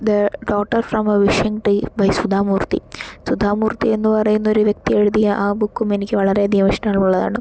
the daughter from a wishing tree by Sudha Murthy Sudha Murthy എന്ന് പറയുന്നൊരു വ്യക്തി എഴുതിയ ആ ബുക്കും എനിക്ക് വളരെ അധികം ഇഷ്ടമുള്ളതാണ്